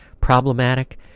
problematic